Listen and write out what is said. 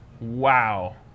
Wow